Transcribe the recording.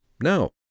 Now